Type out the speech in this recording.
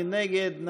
מי נגד?